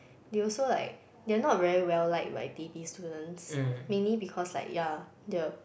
they also like they are not very well liked by T_P students mainly because like ya lah the